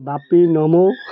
Bapi ନମୁ